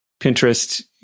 Pinterest